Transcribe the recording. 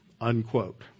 Unquote